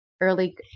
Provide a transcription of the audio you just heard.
early